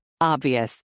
Obvious